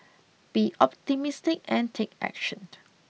be optimistic and take action